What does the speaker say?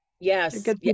Yes